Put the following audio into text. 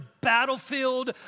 battlefield